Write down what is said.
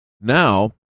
now